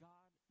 God